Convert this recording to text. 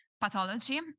pathology